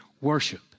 worship